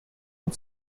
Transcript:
and